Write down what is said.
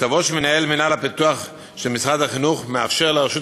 מכתבו של מנהל מינהל הפיתוח של משרד החינוך מאפשר לרשות